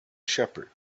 shepherd